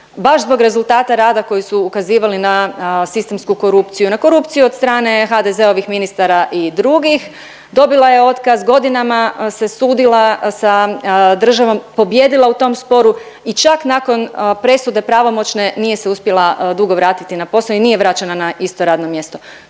baš zbog rezultata rada koji su ukazivali na sistemsku korupciju, na korupciju od strane HDZ-ovih ministara i drugih, dobila je otkaz, godinama se sudila sa državom, pobijedila u tom sporu i čak nakon presude pravomoćne nije se uspjela dugo vratiti na posao i nije vraćena na isto radno mjesto.